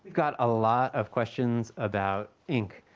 got a lot of questions about ink.